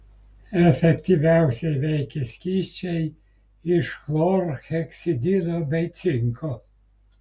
efektyviausiai veikia skysčiai iš chlorheksidino bei cinko